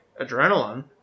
adrenaline